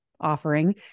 offering